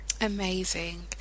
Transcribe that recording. Amazing